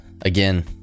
again